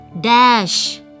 dash